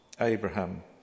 Abraham